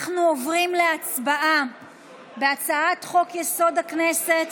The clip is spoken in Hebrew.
אנחנו עוברים להצבעה על הצעת חוק-יסוד: הכנסת